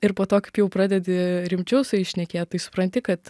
ir po to kaip jau pradedi rimčiau su jais šnekėt tai supranti kad